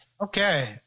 Okay